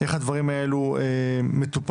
איך הדברים האלו מטופלים.